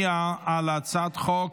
אני קובע כי הצעת חוק